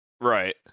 Right